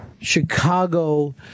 Chicago